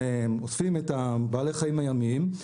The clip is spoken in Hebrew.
אוספים את בעלי החיים הימיים,